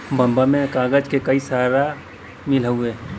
बम्बई में कागज क कई सारा मिल हउवे